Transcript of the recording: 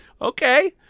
okay